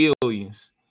billions